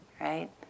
right